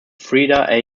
frieda